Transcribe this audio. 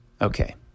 Okay